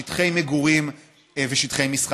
שטחי מגורים ושטחי מסחר.